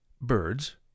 Birds